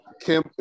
Kim